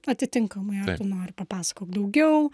atitinkamai ar tu nori papasakok daugiau